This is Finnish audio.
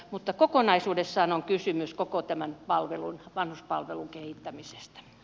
mutta kokonaisuudessaan on kysymys koko tämän vanhuspalvelun kehittämisestä